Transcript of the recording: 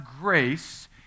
grace